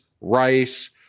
rice